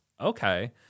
okay